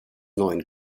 neuen